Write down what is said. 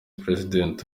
president